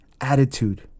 attitude